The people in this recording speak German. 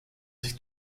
sich